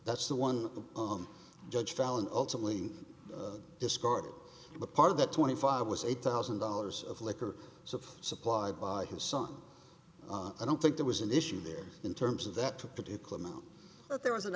that's the one the poem judge fallon ultimately discarded but part of that twenty five was eight thousand dollars of liquor supplied by his son i don't think there was an issue there in terms of that took that equipment but there was an